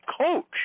coach